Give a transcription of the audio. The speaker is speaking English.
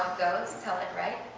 goes, tell it right.